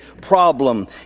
problem